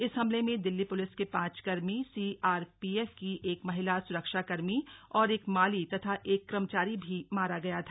इस हमले में दिल्ली पुलिस के पांच कर्मी सीआरपीएफ की एक महिला सुरक्षाकर्मी और एक माली तथा एक कर्मचारी भी मारा गया था